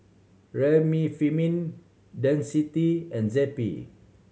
Remifemin Dentiste and Zappy